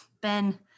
Ben